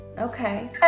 Okay